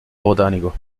botánico